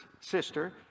sister